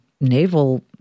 naval